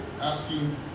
asking